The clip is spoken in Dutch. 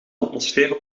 atmosfeer